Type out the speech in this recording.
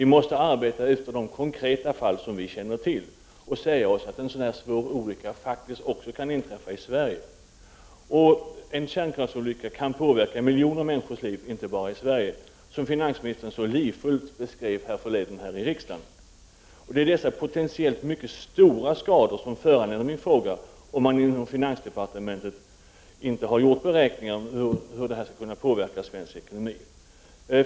Vi måste arbeta utifrån de konkreta fall som vi känner till och säga oss att en sådan här olycka faktiskt kan inträffa också i Sverige. En kärnkraftsolycka kan påverka miljoner människors liv, inte bara i Sverige, som finansministern så livfullt beskrev härförleden här i riksdagen. Det är dessa potentiellt mycket stora skador som föranleder min fråga, om man inom finansdepartementet inte har gjort beräkningar om hur detta kan påverka svensk ekonomi.